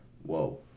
Whoa